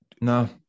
No